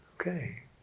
Okay